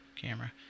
camera